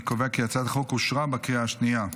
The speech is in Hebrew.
אני קובע כי הצעת החוק אושרה בקריאה שנייה.